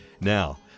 Now